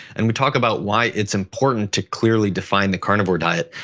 and we talk about why it's important to clearly define the carnivore diet.